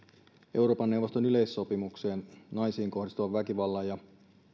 euroopan neuvoston yleissopimukseen naisiin kohdistuvan väkivallan ja